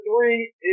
three